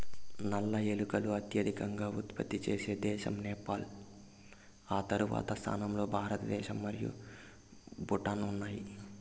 నల్ల ఏలకులు అత్యధికంగా ఉత్పత్తి చేసే దేశం నేపాల్, ఆ తర్వాతి స్థానాల్లో భారతదేశం మరియు భూటాన్ ఉన్నాయి